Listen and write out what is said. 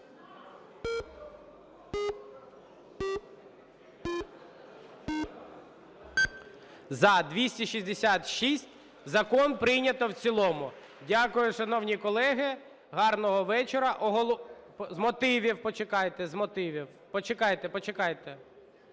За-266 Закон прийнято в цілому. Дякую, шановні колеги, гарного вечора. Оголошую… З мотивів, почекайте.